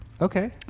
Okay